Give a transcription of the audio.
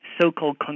so-called